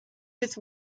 with